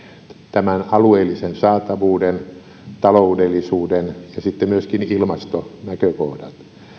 tämän alueellisen saatavuuden taloudellisuuden ja sitten myöskin ilmastonäkökohdat